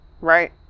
right